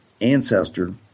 ancestor